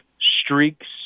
streaks